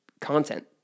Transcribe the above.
content